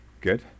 Good